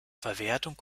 verwertung